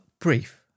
brief